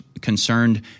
concerned